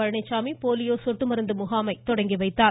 Palaniswami polio சொட்டு மருந்து முகாமை தொடங்கி வைத்தார்